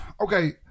Okay